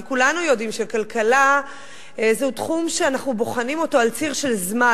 כי כולנו יודעים שכלכלה זהו תחום שאנחנו בוחנים אותו על ציר של זמן,